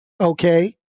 okay